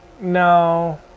No